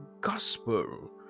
gospel